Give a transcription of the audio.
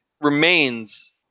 remains